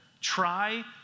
try